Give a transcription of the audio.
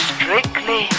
Strictly